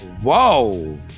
Whoa